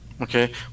Okay